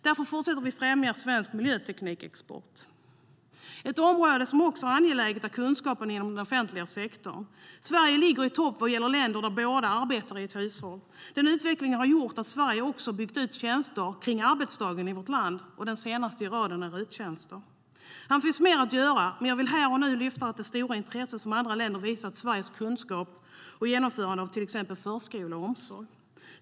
Därför fortsätter vi främja svensk miljöteknikexport. Här finns mer att göra, men jag vill här och nu lyfta fram det stora intresse som andra länder visat för Sveriges kunskap och genomförande av till exempel förskola och omsorg.